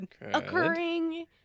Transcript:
occurring